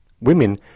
Women